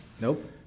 Nope